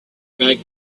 back